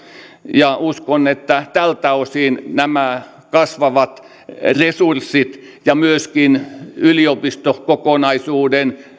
ja uskon että tältä osin nämä kasvavat resurssit ja myöskin yliopistokokonaisuuden